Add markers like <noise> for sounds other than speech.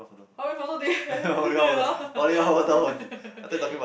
how many photo did you have <laughs> ya